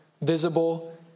visible